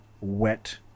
wet